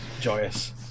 Joyous